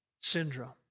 syndrome